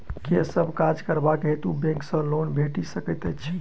केँ सब काज करबाक हेतु बैंक सँ लोन भेटि सकैत अछि?